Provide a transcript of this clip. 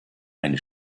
eine